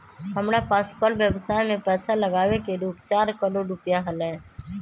हमरा पास कर व्ययवसाय में पैसा लागावे के रूप चार करोड़ रुपिया हलय